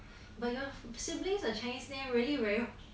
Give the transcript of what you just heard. but your siblings the chinese name really very